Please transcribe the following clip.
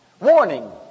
Warning